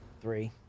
Three